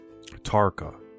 Tarka